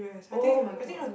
oh-my-god